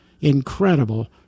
incredible